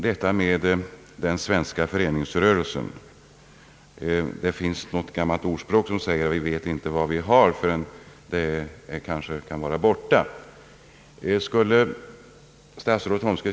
Beträffande den svenska föreningsrörelsen vill jag hänvisa till det gamla ordspråket som säger att vi inte vet vad vi har förrän det är borta.